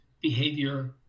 behavior